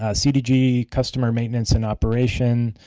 ah cdg customer maintenance and operation,